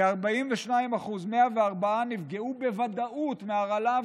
כ-42% 104 נפגעו בוודאות מההרעלה,